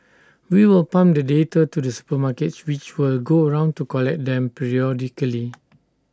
we will pump the data to the supermarkets which will go round to collect them periodically